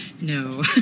no